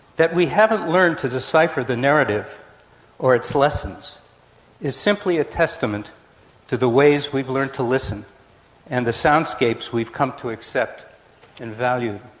that we haven't learnt to decipher the narrative or its lessons is simply a testament to the ways we've learnt to listen and the soundscapes we've come to accept and value.